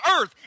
earth